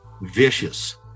vicious